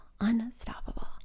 Unstoppable